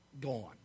gone